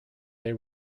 they